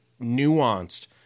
nuanced